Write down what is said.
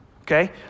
okay